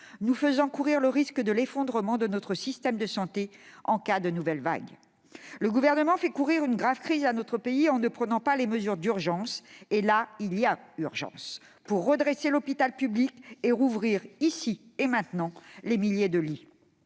faisant courir le risque d'un effondrement de notre système de santé en cas de nouvelle vague. Oui, le Gouvernement fait courir de graves risques à notre pays en ne prenant pas les mesures d'urgence. Or là, il y a urgence, pour redresser l'hôpital public et rouvrir, ici et maintenant, les milliers de lits